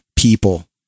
people